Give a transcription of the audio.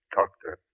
Doctor